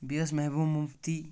بییٚہِ ٲس محبوبا مفتی